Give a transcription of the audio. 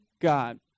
God